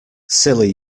silly